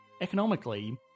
economically